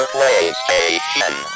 PlayStation